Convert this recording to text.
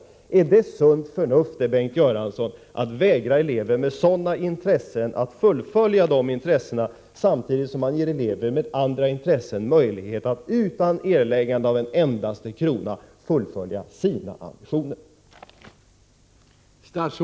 Är det sunt förnuft, Bengt Göransson, att vägra elever med sådana intressen att utöva dem, samtidigt som man ger elever med andra intressen möjlighet att utan erläggande av en enda krona fullfölja sina ambitioner?